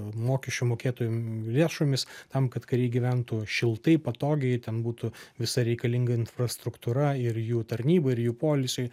mokesčių mokėtojų lėšomis tam kad kariai gyventų šiltai patogiai ten būtų visa reikalinga infrastruktūra ir jų tarnybai ir jų poilsiui